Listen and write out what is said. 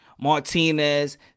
Martinez